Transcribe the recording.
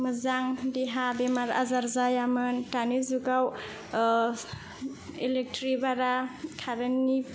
मोजां देहा बेमार आजार जायामोन दानि जुगाव इलेक्ट्रिक बारा कारेन्ट नि